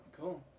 Cool